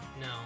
No